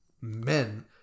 men